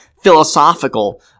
philosophical